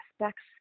aspects